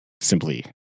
simply